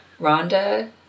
Rhonda